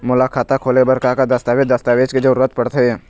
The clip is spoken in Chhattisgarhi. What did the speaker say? मोला खाता खोले बर का का दस्तावेज दस्तावेज के जरूरत पढ़ते?